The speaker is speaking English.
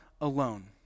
alone